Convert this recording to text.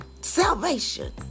Salvation